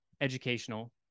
educational